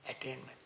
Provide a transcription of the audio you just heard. attainment